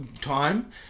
time